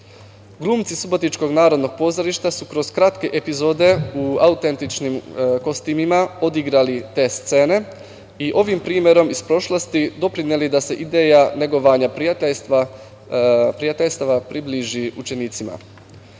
Glumci Subotičkog narodnog pozorišta su kroz kratke epizode u autentičnim kostimima odigrali te scene i ovim primerom iz prošlosti doprineli da se ideja negovanja prijateljstava približi učenicima. Mi